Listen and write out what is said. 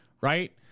right